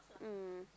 mm